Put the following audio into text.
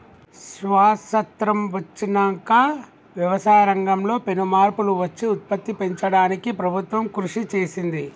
స్వాసత్రం వచ్చినంక వ్యవసాయ రంగం లో పెను మార్పులు వచ్చి ఉత్పత్తి పెంచడానికి ప్రభుత్వం కృషి చేసింది